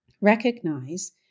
recognize